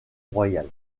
royale